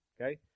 okay